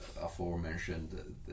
aforementioned